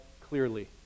clearly